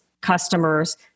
customers